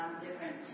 different